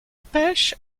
pêche